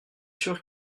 sûr